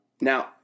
now